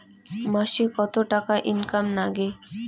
মাসে কত টাকা ইনকাম নাগে?